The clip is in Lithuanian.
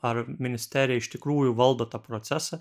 ar ministerija iš tikrųjų valdo tą procesą